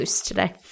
today